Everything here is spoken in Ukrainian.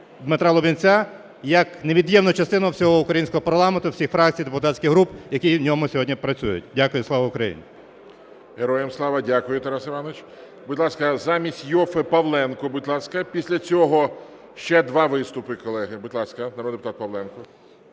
Дмитра Лубінця як невід'ємну частину всього українського парламенту, всіх фракцій, депутатських груп, які в ньому сьогодні працюють. Дякую. Слава Україні! ГОЛОВУЮЧИЙ. Героям слава! Дякую, Тарас Іванович. Будь ласка, замість Іоффе – Павленко, будь ласка. Після цього ще два виступи, колеги. Будь ласка, народний депутат Павленко.